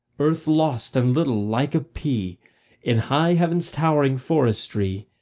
earth lost and little like a pea in high heaven's towering forestry,